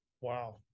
Wow